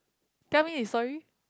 tell me his story